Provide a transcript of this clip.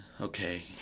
Okay